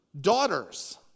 daughters